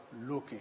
looking